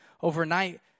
overnight